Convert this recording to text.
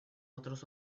otros